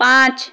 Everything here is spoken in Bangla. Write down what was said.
পাঁচ